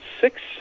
six